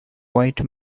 white